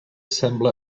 sembla